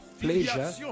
pleasure